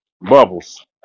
Bubbles